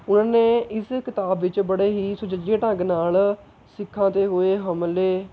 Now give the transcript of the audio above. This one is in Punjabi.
ਉਹਨਾਂ ਨੇ ਇਸ ਕਿਤਾਬ ਵਿੱਚ ਬੜੇ ਹੀ ਸੁਚੱਜੇ ਢੰਗ ਨਾਲ ਸਿੱਖਾਂ 'ਤੇ ਹੋਏ ਹਮਲੇ